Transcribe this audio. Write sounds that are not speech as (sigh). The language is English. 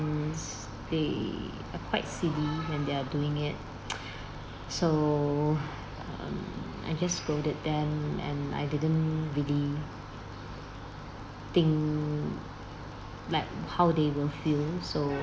they are quite silly when they're doing it (noise) so um I just scolded them and I didn't really think like how they will feel so